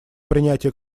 принятие